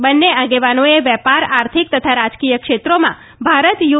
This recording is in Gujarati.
બન્ને આગેવાનોએ વે ાર આર્થિક તથા રાજકીય ક્ષેત્રોમાં ભારત યુ